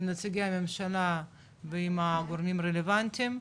עם נציגי הממשלה ועם הגורמים הרלוונטיים.